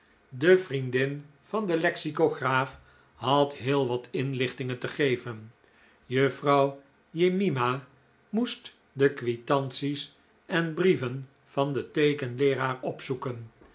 de vriendin van den lexicograaf had heel wat inlichtingen te geven juffrouw jemima moest de quitanties en brieven van den teekenleeraar opzoeken